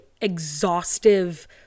exhaustive